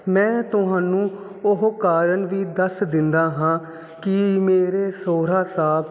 ਮੈਂ ਤੁਹਾਨੂੰ ਉਹ ਕਾਰਨ ਵੀ ਦੱਸ ਦਿੰਦਾ ਹਾਂ ਕਿ ਮੇਰੇ ਸਹੁਰਾ ਸਾਹਿਬ